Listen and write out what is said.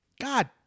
God